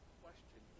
question